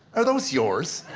are those yours?